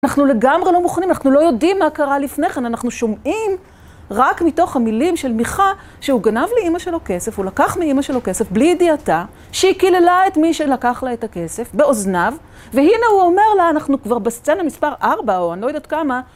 אנחנו לגמרי לא מוכנים, אנחנו לא יודעים מה קרה לפני כן, אנחנו שומעים רק מתוך המילים של מיכא, שהוא גנב לאמא שלו כסף, הוא לקח מאמא שלו כסף, בלי ידיעתה, שהיא קיללה את מי שלקח לה את הכסף, באוזניו, והנה הוא אומר לה, אנחנו כבר בסצנה מספר ארבע, או אני לא יודעת כמה...